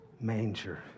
manger